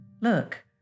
look